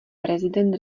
prezident